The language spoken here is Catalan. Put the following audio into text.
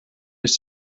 les